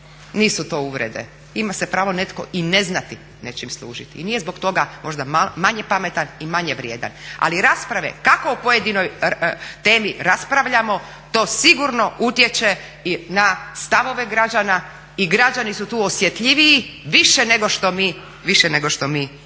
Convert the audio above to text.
Nisu to uvrede, ima se pravo netko i ne znati nečim služiti i nije zbog toga možda manje pametan i manje vrijedan. Ali rasprave kako o pojedinoj temi raspravljamo to sigurno utječe i na stavove građana, i građani su tu osjetljiviji više nego što mi mislimo.